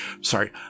sorry